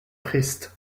triste